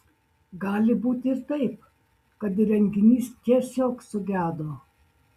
gali būti ir taip kad įrenginys tiesiog sugedo